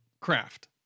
Craft